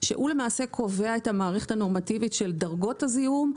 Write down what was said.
שהוא למעשה קובע את המערכת הנורמטיבית של דרגות הזיהום,